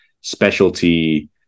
specialty